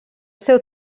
seu